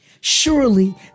Surely